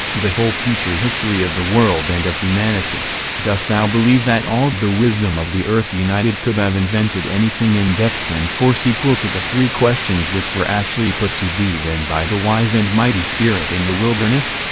the whole future history of the world and of humanity dost thou believe that all the wisdom of the earth united could have invented anything in depth and force equal to the three questions which were actually put to thee then by the wise and mighty spirit in the wilderness?